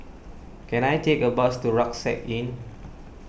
can I take a bus to Rucksack Inn